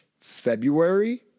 February